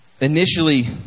initially